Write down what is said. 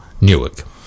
Newark